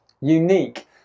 unique